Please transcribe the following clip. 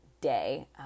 day